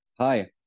hi